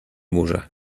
burza